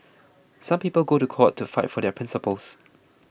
some people go to court to fight for their principles